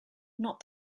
not